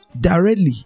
Directly